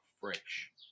fresh